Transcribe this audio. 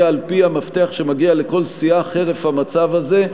על-פי המפתח שמגיע לכל סיעה חרף המצב הזה,